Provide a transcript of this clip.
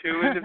two